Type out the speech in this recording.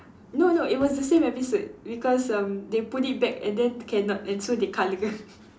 no no it was the same episode because um they put it back and then cannot and so they colour